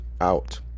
out